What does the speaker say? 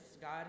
God